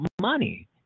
money